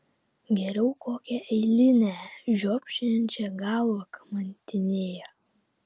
geriau kokią eilinę žiopčiojančią galvą kamantinėja